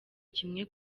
kimwe